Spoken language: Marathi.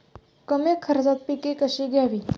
कमी खर्चात पिके कशी घ्यावी?